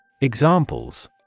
Examples